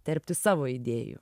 terpti savo idėjų